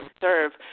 serve